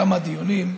בכמה דיונים,